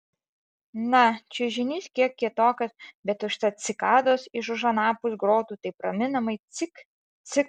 na čiužinys kiek kietokas bet užtat cikados iš už anapus grotų taip raminamai cik cik